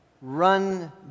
run